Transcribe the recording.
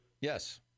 yes